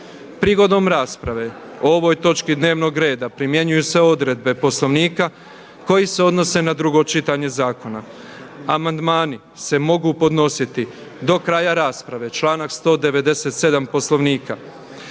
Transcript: Prigodom rasprave o ovoj točki dnevnog reda primjenjuju se odredbe poslovnika koje se Odnose na drugo čitanje zakona. Amandmani se mogu podnositi do kraja rasprave, članak 197. Poslovnika.